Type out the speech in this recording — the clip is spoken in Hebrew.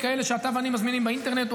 כאלה שאתה ואני מזמינים באינטרנט.